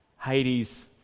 Hades